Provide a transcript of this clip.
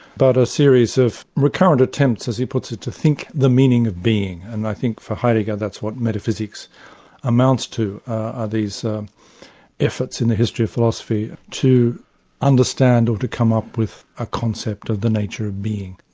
but a series of recurrent attempts, as he puts it, to think the meaning of being. and i think for heidegger that's what metaphysics amounts to, are these efforts in the history of philosophy to understand or to come up with a concept of the nature of being.